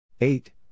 Eight